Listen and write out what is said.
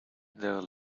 their